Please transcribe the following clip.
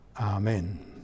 Amen